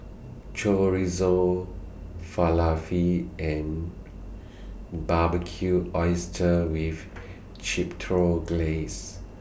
Chorizo Falafel and Barbecued Oysters with Chipotle Glaze